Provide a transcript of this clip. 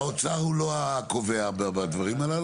האוצר לא קובע בדברים האלה.